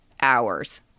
Hours